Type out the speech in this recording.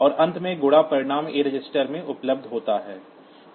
और अंत में गुणा परिणाम a रजिस्टर में उपलब्ध है